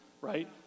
right